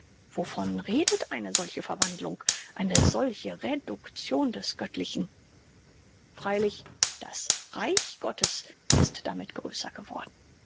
wovon redet eine solche verwandlung eine solche reduktion des göttlichen freilich das reich gottes ist damit größer geworden